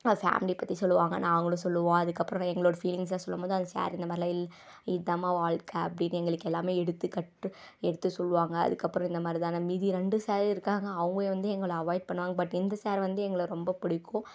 அவர் ஃபேமிலியை பற்றி சொல்லுவாங்க நாங்களும் சொல்லுவோம் அதுக்கப்புறோம் எங்களோடய ஃபீலிங்க்ஸ்லாம் சொல்லும் போது அந்த சாரு பி இந்தமாதிரிலாம் இல்லை இதாம்மா வாழ்க்கை அப்படின்னு எங்களுக்கு எல்லாமே எடுத்துக் கட்டு எடுத்துச் சொல்லுவாங்க அதுக்கப்புறம் இந்தமாதிரி தானு மீதி ரெண்டு சார் இருக்காங்க அவங்க வந்து எங்களை அவாயிட் பண்ணுவாங்க பட் இந்தச் சாரு வந்து எங்களை ரொம்பப் பிடிக்கும்